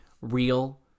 real